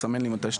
אז